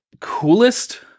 Coolest